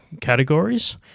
categories